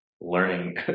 learning